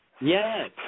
Yes